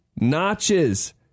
notches